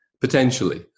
Potentially